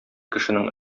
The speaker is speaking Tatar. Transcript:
кешенең